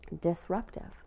disruptive